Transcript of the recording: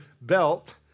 belt